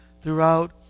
throughout